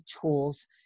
tools